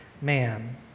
man